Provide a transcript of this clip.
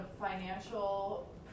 financial